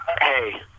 Hey